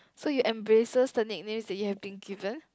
so you embraces the nicknames that you have been given